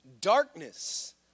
darkness